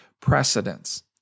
precedence